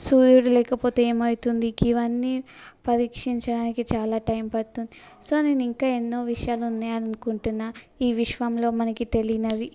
సూర్యుడు లేకపోతే ఏమవుతుంది ఇవన్నీ పరీక్షించడానికి చాలా టైం పడుతుంది సో నేను ఇంకా ఎన్నో విషయాలు ఉన్నాయని అనుకుంటున్నాను ఈ విశ్వంలో మనకి తెలియనివి